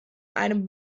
einen